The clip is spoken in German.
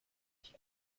sich